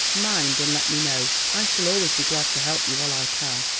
mind and let me know. i shall always be glad to help you while i can.